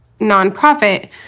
nonprofit